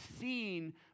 seen